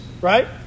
Right